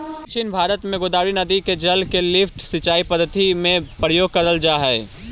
दक्षिण भारत में गोदावरी नदी के जल के लिफ्ट सिंचाई पद्धति में प्रयोग करल जाऽ हई